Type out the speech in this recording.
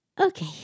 Okay